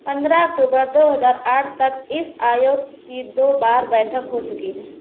पंद्रह अक्टूबर दो हजार आठ तक इस आयोग की दो बार बैठक हो चुकी है